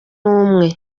umwe